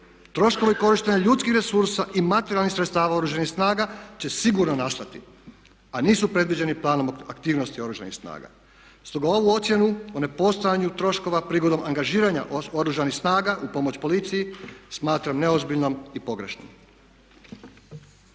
Troškovi korištenja ljudskih resursa i materijalnih sredstava u Oružanim snagama će sigurno nastati a nisu predviđeni planom aktivnosti Oružanih snaga. Stoga ovu ocjenu o nepostojanju troškova prigodom angažiranja Oružanih snaga u pomoć policiji smatram neozbiljnom i pogrešnom.